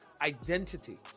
identity